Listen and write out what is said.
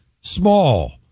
Small